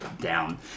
down